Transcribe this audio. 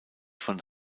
von